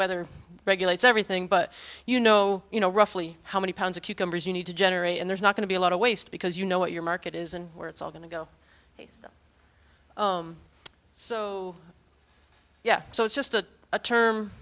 weather regulates everything but you know you know roughly how many pounds of cucumbers you need to generate and there's not going to be a lot of waste because you know what your market is and where it's all going to go so yeah so it's just a term